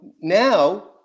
now